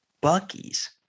Bucky's